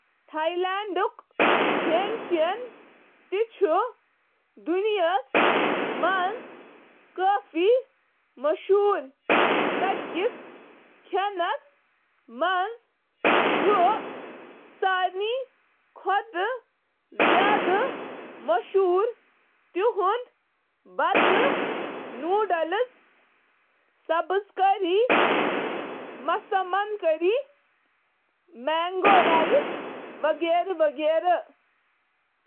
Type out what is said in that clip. Paid Thai. یہِ چھُ Thai لینڈُک قومی کھٮ۪ن، یُس سٹریٹ فوڈ تہٕ ریسٹورنٹَن منٛز اَہَم ڈِش پٲٹھۍ پیش یِوان کرنہٕ۔ پیڈ تھائی چھُ اکھ ہلچل تٔلِتھ توٚمُل نوڈل ڈِش یُس چکن، شرمپ یا ٹوفو سۭتۍ تیار چھُ یِوان کرنہٕ۔ توٚملہٕ نوڈلز چھِ تُہنٛدِس پروٹین کِس انتخابس سۭتۍ ہلچل تٔلِتھ آسان- چاہے سُہ ٹوفو آسہِ یا ماز تہٕ ٹھوٗل۔